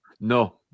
No